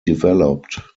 developed